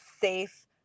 safe